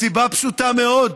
מסיבה פשוטה מאוד: